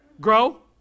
Grow